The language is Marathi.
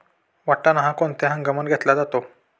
वाटाणा हा कोणत्या हंगामात घेतला जातो?